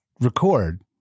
record